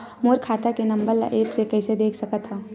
मोर खाता के नंबर ल एप्प से कइसे देख सकत हव?